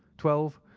twelve.